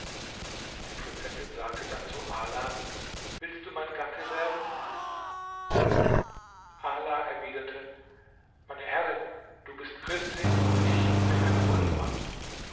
die prinzessin sagte dann zu ala willst du mein gatte werden ala erwiderte meine herrin du bist christin und ich bin muselmann